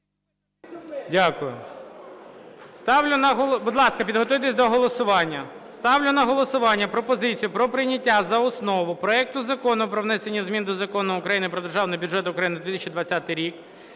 Ставлю на голосування пропозицію про прийняття за основу проекту Закону про внесення змін до Закону України "Про Державний бюджет України на 2020 рік"